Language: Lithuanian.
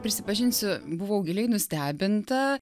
prisipažinsiu buvau giliai nustebinta